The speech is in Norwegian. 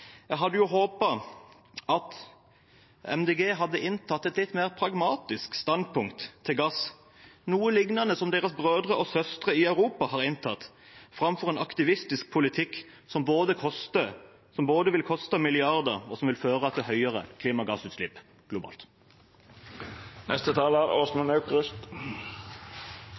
Jeg hadde håpet at Miljøpartiet De Grønne hadde inntatt et litt mer pragmatisk standpunkt til gass, noe lignende som deres brødre og søstre i Europa har inntatt, framfor en aktivistisk politikk som vil både koste milliarder og føre til større klimagassutslipp